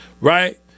right